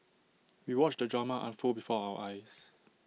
we watched the drama unfold before our eyes